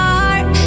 heart